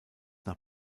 nach